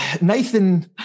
Nathan